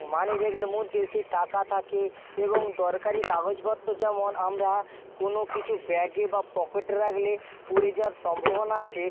মানি ব্যাগের মধ্যে সেই টাকা থাকে এবং দরকারি কাগজপত্র যেমন আমরা কোনো কিছু ব্যাগে বা পকেটে রাখলে পড়ে যাওয়ার সম্ভবনা আছে